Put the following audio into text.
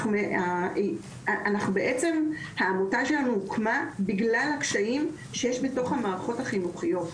אנחנו בעצם העמותה שלנו הוקמה בגלל הקשיים שיש בתוך המערכות החינוכיות,